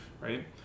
right